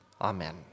Amen